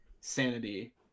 sanity